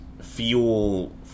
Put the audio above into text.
fuel